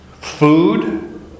food